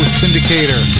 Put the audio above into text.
syndicator